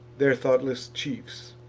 their thoughtless chiefs,